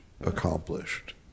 accomplished